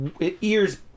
ears